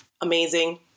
amazing